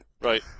right